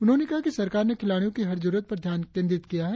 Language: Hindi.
उन्होंने कहा कि सरकार ने खिलाड़ियों की हर जरुरत पर ध्यान केंद्रित किया है